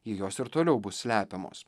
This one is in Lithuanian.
jei jos ir toliau bus slepiamos